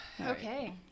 Okay